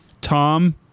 Tom